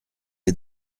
est